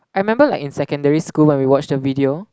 I remember like in secondary school when we watch the video